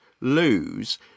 lose